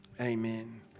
amen